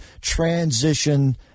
transition